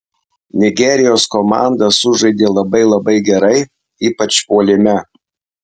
nigerijos komanda sužaidė labai labai gerai ypač puolime